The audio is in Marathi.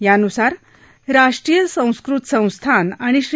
यानुसार राष्ट्रीय संस्कृत संस्थान आणि श्री